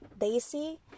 Daisy